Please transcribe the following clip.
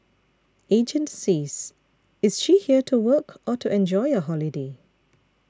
agent says is she here to work or to enjoy a holiday